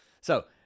So-